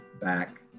back